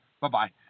bye-bye